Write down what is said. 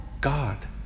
God